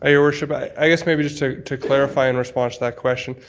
ah your worship, i i guess maybe just to to clarify in response to that question,